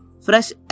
fresh